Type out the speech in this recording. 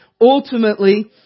ultimately